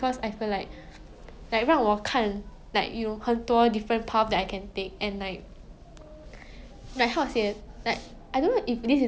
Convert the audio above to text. but then you watch drama then they will show the parents like why they angry like they will show the side effect or like beside you know when the parents will be like 我真的不明白为什么